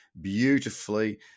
beautifully